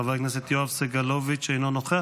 חבר הכנסת יואב סגלוביץ' אינו נוכח,